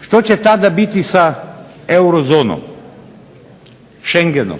Što će tada biti sa Euro zonom, Šengenom.